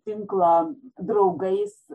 tinklo draugais